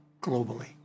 globally